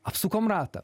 apsukom ratą